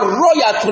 royal